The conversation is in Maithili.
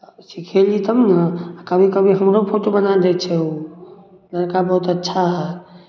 सिखेलियै तब ने कभी कभी हमरो फोटो बना दै छै ओ लड़का बहुत अच्छा हए